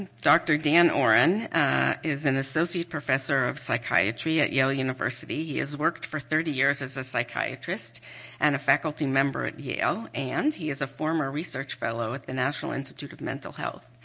dr. dan oren is an associate professor of psychiatry at yale university. he has worked for thirty years as a psychiatrist and a faculty member at yale, and he is a former research fellow at the national institute of mental health.